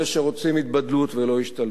אלה שרוצים התבדלות ולא השתלבות,